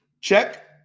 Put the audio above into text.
check